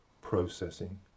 processing